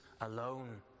alone